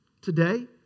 today